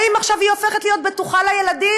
האם עכשיו היא הופכת להיות בטוחה לילדים?